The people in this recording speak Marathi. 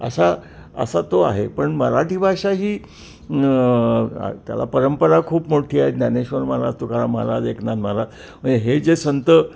असा असा तो आहे पण मराठी भाषा ही त्याला परंपरा खूप मोठी आहे ज्ञानेश्वर महाराज तुकाराम महाराज एकनाथ महाराज म्हणजे हे जे संत